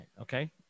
Okay